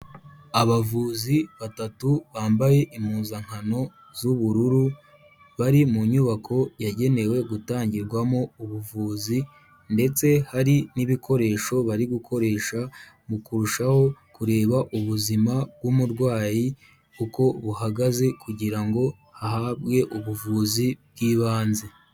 Abavuzi batatu bambaye impuzankano z'ubururu, bari mu nyubako yagenewe gutangirwamo ubuvuzi ndetse hari n'ibikoresho bari gukoresha mu kurushaho kureba ubuzima bw'umurwayi uko buhagaze, kugira ngo ahabwe ubuvuzi bw'ibanze.